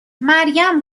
مریم